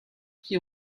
qui